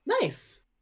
Nice